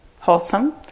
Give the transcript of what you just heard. wholesome